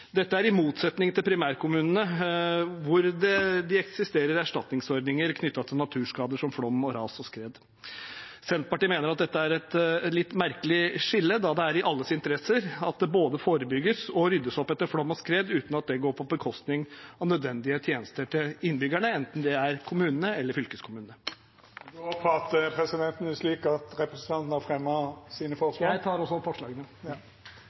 Dette er i motsetning til primærkommunene, der det eksisterer erstatningsordninger knyttet til naturskader som flom, ras og skred. Senterpartiet mener at dette er et litt merkelig skille, da det er i alles interesse at det både forebygges og ryddes opp etter flom og skred uten at det går på bekostning av nødvendige tjenester til innbyggerne, enten det er kommunene eller fylkeskommunene. Jeg tar opp forslagene fra Senterpartiet, SV og Miljøpartiet De Grønne. Representanten Ole André Myhrvold har